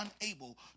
unable